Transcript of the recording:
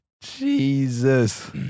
Jesus